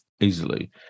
easily